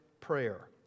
prayer